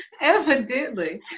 Evidently